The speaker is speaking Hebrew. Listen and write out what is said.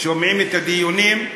שומעים את הדיונים,